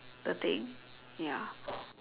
the thing ya